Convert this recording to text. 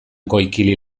koikili